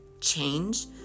change